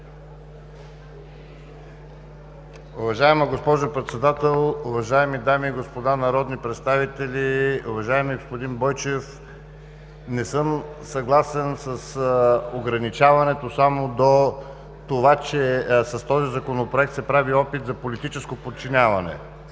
Уважаема госпожо Председател, уважаеми дами и господа народни представители! Уважаеми господин Бойчев, не съм съгласен с ограничаването само до това, че с този Законопроект се прави опит за политическо подчиняване.